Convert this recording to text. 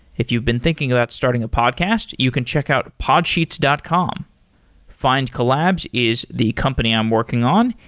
if you've been thinking about starting a podcast, you can check out podsheets dot com findcollabs is the company i'm working on.